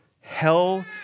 Hell